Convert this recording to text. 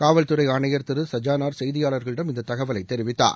காவல் துறை ஆணயைர் திரு சஜானார் செய்தியாளர்களிடம் இந்தத் தகவலை தெரிவித்தார்